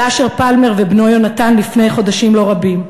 אשר פלמר ובנו יהונתן לפני חודשים לא רבים.